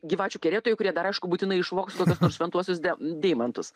gyvačių kerėtojai kurie dar aišku būtinai išvoks kokius nors šventuosius de deimantus